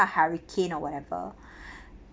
hurricane or whatever